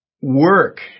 work